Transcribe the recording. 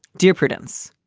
dear prudence,